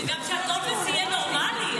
גם שהטופס יהיה נורמלי.